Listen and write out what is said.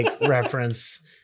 reference